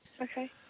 Okay